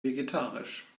vegetarisch